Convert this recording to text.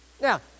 Now